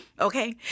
Okay